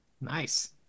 Nice